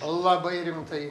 labai rimtai